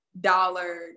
dollar